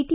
T